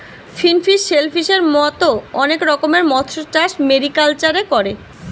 finfish, শেলফিসের মত অনেক রকমের মৎস্যচাষ মেরিকালচারে করে